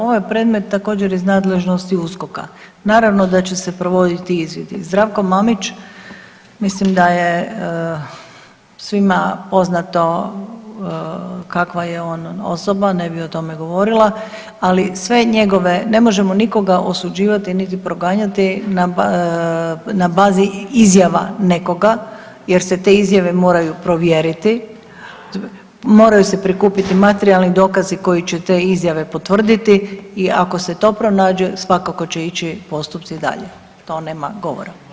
Ovaj je predmet također iz nadležnosti USKOK-a. naravno da će provoditi izvidi, Zdravko Mamić mislim da je svima poznato kakva je on osoba, ne bi o tome govorila, ali sve njegove, ne možemo nikoga osuđivati niti proganjati na bazi izjava nekoga jer se te izjave moraju provjeriti, moraju se prikupiti materijalni dokazi koji će te izjave potvrditi i ako se to pronađe svakako će ići postupci dalje, to nema govora.